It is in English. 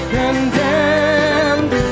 condemned